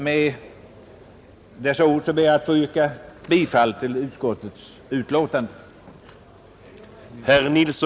Med dessa ord ber jag att få yrka bifall till utskottets hemställan.